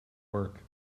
work